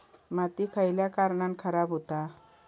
माती खयल्या कारणान खराब हुता?